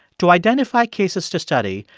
to identify cases to study,